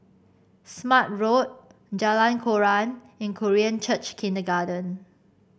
Smart Road Jalan Koran and Korean Church Kindergarten